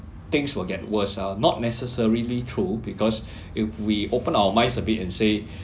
things will get worse ah not necessarily true because if we open our minds a bit and say